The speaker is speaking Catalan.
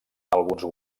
alguns